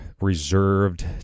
reserved